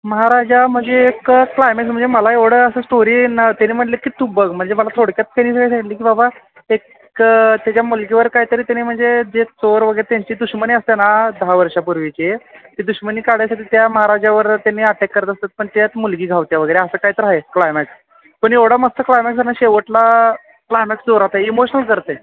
महाराजा म्हणजे एक क्लायमॅस म्हणजे मला एवढं असं स्टोरी ना ते म्हटलं की तू बघ म्हणजे मला थोडक्यात त्यांनी सांगितलं की बाबा एक त्याच्या मुलगीवर कायतरी त्यांनी म्हणजे जे चोर वगैरे त्यांची दुष्मनी असतं ना दहा वर्षांपूर्वीची ते दुष्मनी काढाण्यासाठी त्या महाराजावर त्यांनी अटॅक करत असतात पण त्यात मुलगी गावत्या वगैरे असं काय तर आहे क्लायमॅस पण एवढा मस्त क्लायमॅस आहे ना शेवटला क्लायमॅस जोरात आहे इमोशनल करते